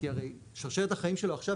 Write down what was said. כי הרי שרשרת החיים שלו עכשיו,